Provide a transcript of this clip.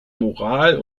moral